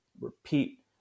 repeat